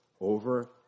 over